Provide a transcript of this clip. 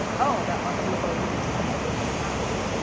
oh, that must be the lady that's coming to clean my house.